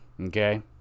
Okay